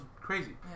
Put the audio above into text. crazy